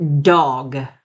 dog